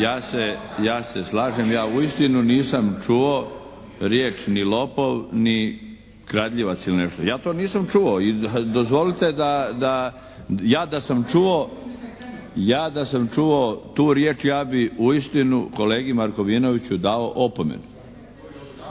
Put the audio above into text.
Ja se slažem, ja uistinu nisam čuo riječ ni lopov, ni kradljivac ili nešto. Ja to nisam čuo. I dozvolite, ja da sam čuo tu riječ ja bih uistinu kolegi Markovinoviću dao opomenu.